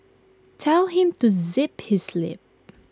tell him to zip his lip